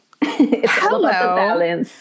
hello